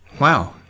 Wow